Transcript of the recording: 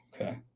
Okay